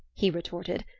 he retorted,